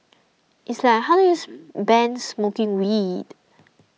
it's like how do you ban smoking weed